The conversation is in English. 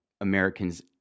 Americans